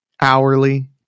hourly